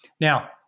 Now